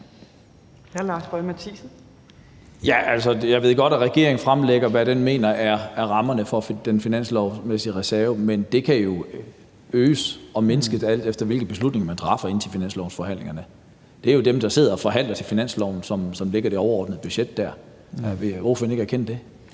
Jeg ved godt, at regeringen fremlægger, hvad den mener er rammerne for den finanslovsmæssige reserve, men det kan jo øges og mindskes, alt efter hvilke beslutninger man træffer inde til finanslovsforhandlingerne. Det er jo dem, der sidder og forhandler til finansloven, som lægger det overordnede budget der. Vil ordføreren ikke erkende det?